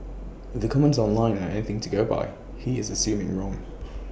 if the comments online are anything to go by he is assuming wrong